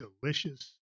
delicious